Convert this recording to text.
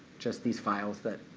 just these files that